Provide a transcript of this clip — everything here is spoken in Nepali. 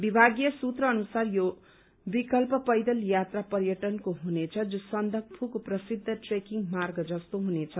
विभागीय सूत्र अनुसार यो विकल्प पैदल यात्रा पर्यटनको हुनेछ जो सन्दकपूको प्रसिद्ध ट्रेकिंग मार्ग जस्तो हुनेछ